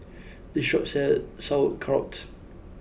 this shop sells Sauerkraut